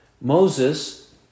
Moses